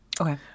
Okay